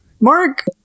Mark